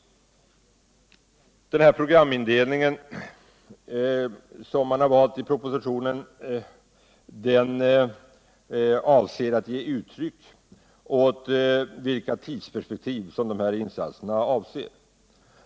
Den programindelning man har valt i propositionen avser alt pe uttryck åt vilka tidsperspektiv insatserna avser.